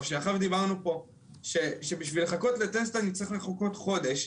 שעכשיו דיברנו פה שבשביל לחכות לטסט אני צריך לחכות חודש,